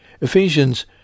Ephesians